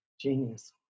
genius